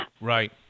Right